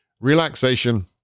relaxation